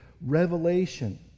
revelation